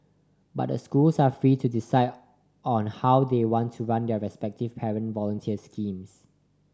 but the schools are free to decide on how they want to run their respective parent volunteers schemes